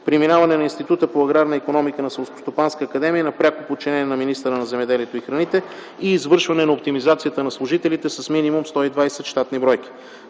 преминаване на Института по аграрна икономика на Селскостопанска академия на пряко подчинение на министъра на земеделието и храните; - извършване на оптимизация на служителите с минимум 120 щатни бройки.